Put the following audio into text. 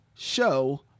show